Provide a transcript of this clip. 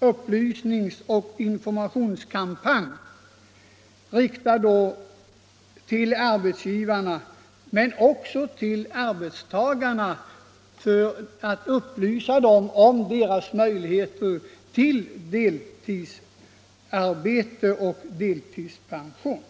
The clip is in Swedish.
upplysningsoch informationskampanj riktad till arbetsgivarna men också till arbetstagarna för att upplysa dem om deras möjligheter till deltidsarbete och deltidspension.